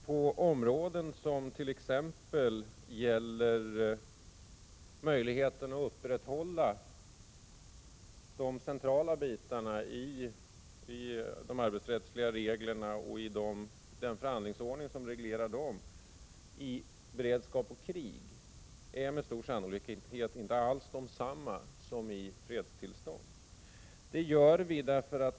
På områden som t.ex. gäller möjligheten att upprätthålla det centrala i de Prot. 1987/88:21 arbetsrättsliga reglerna och i den förhandlingsordning som reglerar dem i 11 november 1987 beredskap och krig med stor sannolikhet inte alls är desamma som under Aroma bored. fredstillstånd.